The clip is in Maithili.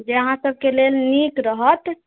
जे अहाँ सबके लेल नीक रहत